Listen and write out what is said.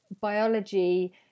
biology